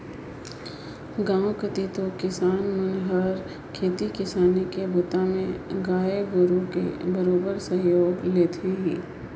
गांव कति तो किसान मन हर खेती किसानी के बूता में गाय गोरु के बरोबेर सहयोग लेथें ही